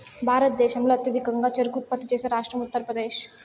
భారతదేశంలో అత్యధికంగా చెరకు ఉత్పత్తి చేసే రాష్ట్రం ఉత్తరప్రదేశ్